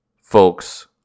Folks